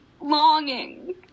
longing